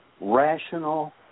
rational